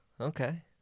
Okay